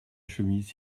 chemise